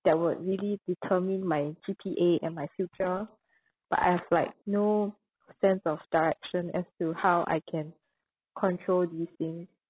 that would really determine my G_P_A and my future but I have like no sense of direction as to how I can control these things